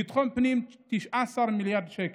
ביטחון הפנים, 19 מיליארד שקל,